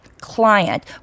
client